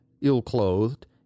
ill-clothed